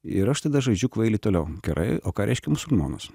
ir aš tada žaidžiu kvailį toliau gerai o ką reiškia musulmonas